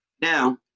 now